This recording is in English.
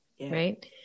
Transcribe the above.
Right